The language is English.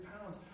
pounds